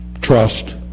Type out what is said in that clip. Trust